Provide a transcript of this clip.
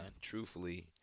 truthfully